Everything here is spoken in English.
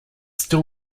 still